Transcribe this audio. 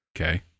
Okay